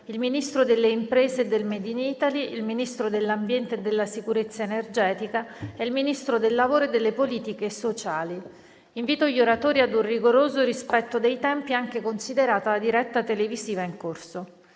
il Ministro delle imprese e del *made in Italy*, il Ministro dell'ambiente e della sicurezza energetica e il Ministro del lavoro e delle politiche sociali. Invito gli oratori ad un rigoroso rispetto dei tempi, considerata la diretta televisiva in corso.